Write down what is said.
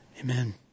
Amen